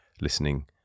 listening